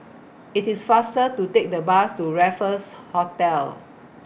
IT IS faster to Take The Bus to Raffles Hotel